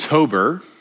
October